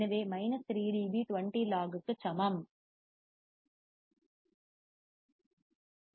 எனவே 3 dB 20 log க்கு சமம் 0